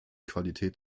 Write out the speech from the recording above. qualität